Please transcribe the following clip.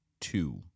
two